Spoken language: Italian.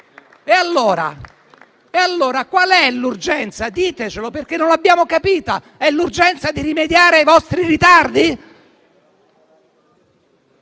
E allora qual è l'urgenza? Ditecelo, perché non l'abbiamo capito. È l'urgenza di rimediare ai vostri ritardi?